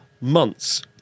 months